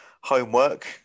homework